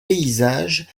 paysages